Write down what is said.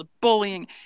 bullying